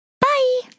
Bye